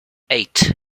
eight